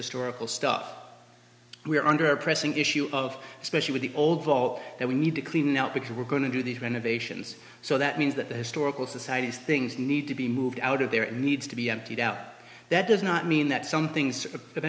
is storable stuff we are under a pressing issue of especially with the old ball that we need to clean now because we're going to do these renovations so that means that the historical societies things need to be moved out of there and needs to be emptied out that does not mean that some things